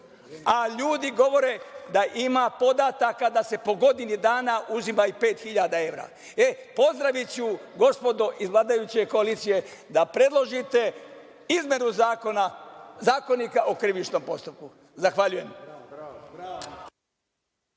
a ljudi govore da ima podataka da se po godini dana uzima i pet hiljada evra. E, pozdraviću gospodo iz vladajuće koalicije da predložite izmenu Zakonika o krivičnom postupku. Zahvaljujem.